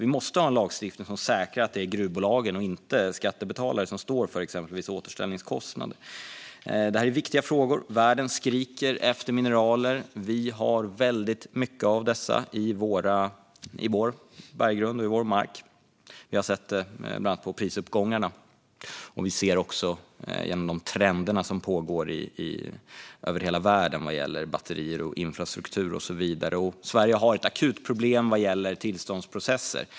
Vi måste ha en lagstiftning som säkrar att det är gruvbolagen och inte skattebetalarna som står för exempelvis återställningskostnader. Det här är viktiga frågor. Världen skriker efter mineral, och vi har väldigt mycket av dessa i vår berggrund och vår mark. Vi har bland annat sett det på prisuppgångarna, och vi ser det också genom de trender som råder över hela världen vad gäller batterier, infrastruktur och så vidare. Sverige har ett akut problem vad gäller tillståndsprocesser.